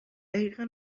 دقیقا